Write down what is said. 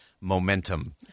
momentum